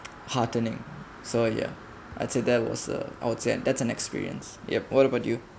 heartening so yeah I'd say there was a I would say that's an experience yup what about you